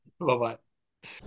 Bye-bye